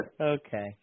Okay